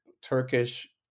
Turkish